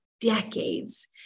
decades